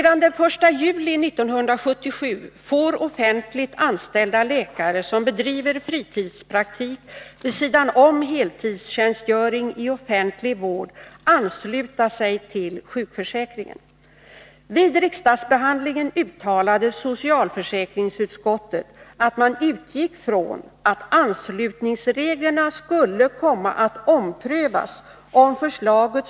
Därefter har antalet fritidspraktiker ökat kraftigt.